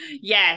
Yes